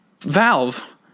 Valve